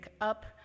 up